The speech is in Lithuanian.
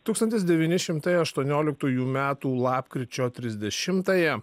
tūkstantis devyni šimtai aštuonioliktųjų metų lapkričio trisdešimtąją